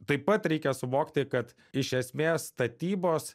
taip pat reikia suvokti kad iš esmės statybos